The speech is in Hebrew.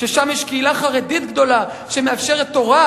ששם יש קהילה חרדית גדולה שמאפשרת תורה,